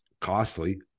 costly